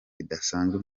bidasanzwe